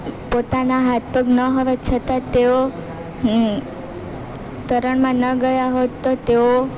પોતાના હાથ પગ ના હોવા છતાં તેઓ તરણમાં ન ગયા હોત તો તેઓ